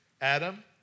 Adam